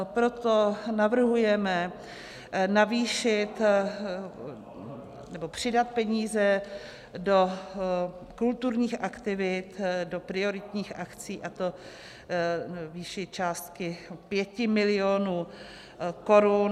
Proto navrhujeme navýšit, nebo přidat peníze do kulturních aktivit, do prioritních akcí, a to ve výši částky 5 mil. korun.